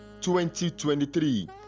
2023